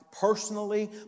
personally